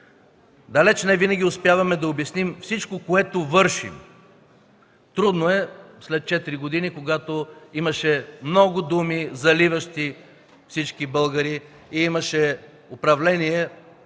Далеч не винаги успяваме да обясним всичко, което вършим. Трудно е след четири години, когато имаше много думи, заливащи всички българи, и имаше управление,